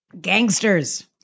Gangsters